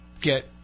get